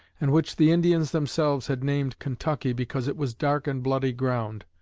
and which the indians themselves had named kentucky because it was dark and bloody ground,